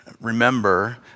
remember